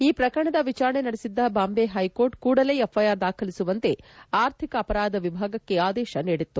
ಈ ಪ್ರಕರಣದ ವಿಚಾರಣೆ ನಡೆಸಿದ್ದ ಬಾಂಬೆ ಹೈಕೋರ್ಟ್ ಕೂಡಲೇ ಎಫ್ಐಆರ್ ದಾಖಲಿಸುವಂತೆ ಆರ್ಥಿಕ ಅವರಾಧ ವಿಭಾಗಕ್ಕೆ ಆದೇಶ ನೀಡಿತ್ತು